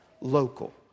local